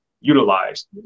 utilized